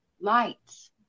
lights